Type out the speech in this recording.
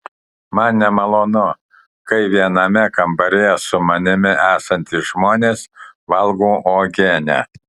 man nemalonu kai viename kambaryje su manimi esantys žmonės valgo uogienę